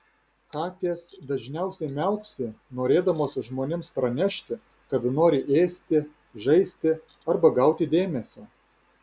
katės dažniausiai miauksi norėdamos žmonėms pranešti kad nori ėsti žaisti arba gauti dėmesio